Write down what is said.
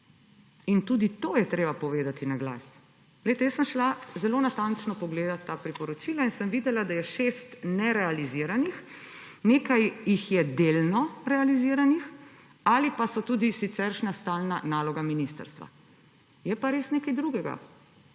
in tudi to je treba povedati na glas. Zelo natančno sem šla pogledat ta priporočila in sem videla, da je šest nerealiziranih, nekaj jih je delno realiziranih ali pa so tudi siceršnja stalna naloga ministrstva. Je pa res nekaj drugega